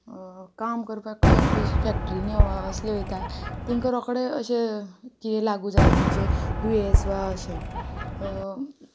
काम करपाक बिज फॅक्ट्रींनी वा असले वयता तिंकां रोखडें अशें कितें लागू जाता म्हणजे दुयेंस वा अशें